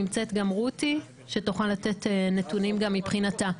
נמצאת גם רותי, שתוכל לתת נתונים גם מבחינתה.